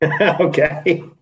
Okay